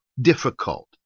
difficult